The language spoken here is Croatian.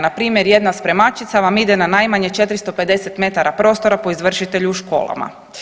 Npr. jedna spremačica vam ide na najmanje 450 metara prostora po izvršitelju u školama.